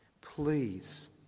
Please